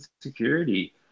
security